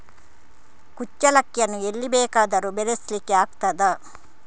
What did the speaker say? ಕುಚ್ಚಲಕ್ಕಿಯನ್ನು ಎಲ್ಲಿ ಬೇಕಾದರೂ ಬೆಳೆಸ್ಲಿಕ್ಕೆ ಆಗ್ತದ?